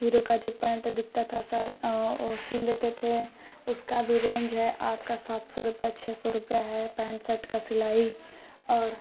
hero का जो pant दिखता था सर्ट ओ सिल देते थे उसका भी रेंज है आपका सात सौ रुपया छः सौ रुपया है पैन्ट सर्ट का सिलाई और